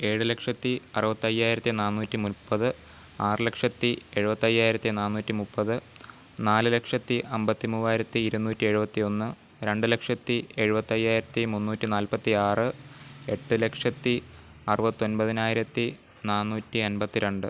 ഏഴ് ലക്ഷത്തി അറുപത്തയ്യായിരത്തി നാന്നൂറ്റി മുപ്പത് ആറ് ലക്ഷത്തി എഴുപത്തയ്യായിരത്തി നാന്നൂറ്റി മുപ്പത് നാല് ലക്ഷത്തി അമ്പത്തി മൂവായിരത്തി ഇരുന്നൂറ്റി എഴുപത്തി ഒന്ന് രണ്ട് ലക്ഷത്തി എഴുപത്തയ്യായിരത്തി മുന്നൂറ്റി നാൽപ്പത്തിയാറ് എട്ട് ലക്ഷത്തി അറുപത്തൊൻപതിനായിരത്തി നാന്നൂറ്റി അൻപത്തി രണ്ട്